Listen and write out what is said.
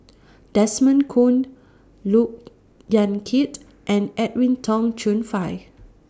Desmond Kon Look Yan Kit and Edwin Tong Chun Fai